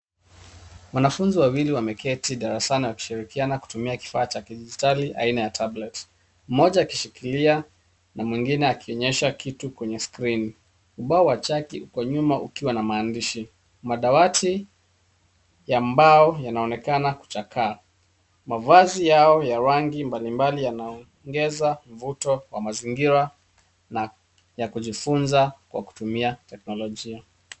Wanafunzi wawili wameketi darasani wakishirikiana kutumia kifaa cha kidigitali aina ya tablet .Mmoja akishikilia na mwingine akionyesha kitu kwenye skrini. Ubao wa chati uko nyuma ukiwa na maandishi. Madawati ya mbao yanaonekana kuchaka. Mavazi yao ya rangi mbalimbali yanaongeza mvuto wa mazingirana ya kujifunza kwa kutumia teknolojia.